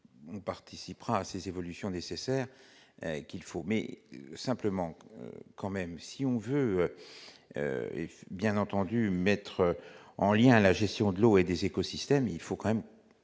et participera à ses évolutions nécessaires qu'il faut mais simplement quand même si on veut bien entendu mettre en rien à la gestion de l'eau et des écosystèmes, il faut quand même